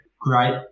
great